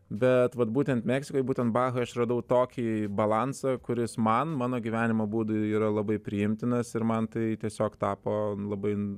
bet vat būtent meksikoj būtent bahoj aš radau tokį balansą kuris man mano gyvenimo būdui yra labai priimtinas ir man tai tiesiog tapo labai